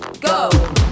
go